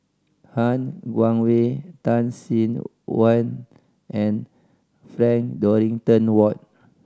Han Guangwei Tan Sin Aun and Frank Dorrington Ward